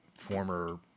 former